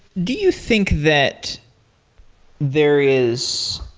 do you think that there is